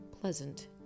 pleasant